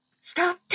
Stop